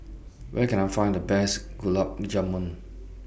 Where Can I Find The Best Gulab Jamun